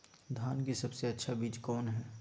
धान की सबसे अच्छा बीज कौन है?